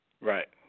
right